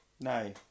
No